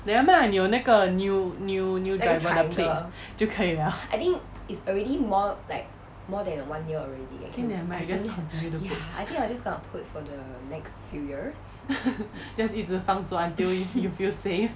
never mind ah 你有那个 new new new driver 的 plate 就可以 liao okay nevermind just continue to put just 一直放住 until you feel safe